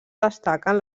destaquen